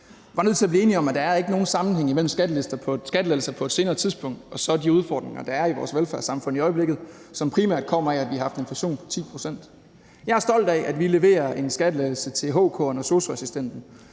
er bare nødt til at blive enige om, at der ikke er nogen sammenhæng mellem skattelettelser på et senere tidspunkt og så de udfordringer, der er i vores velfærdssamfund i øjeblikket, og som primært kommer af, at vi har haft en inflation på 10 pct. Jeg er stolt af, at vi leverer en skattelettelse til HK'eren og sosu-assistenten,